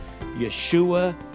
Yeshua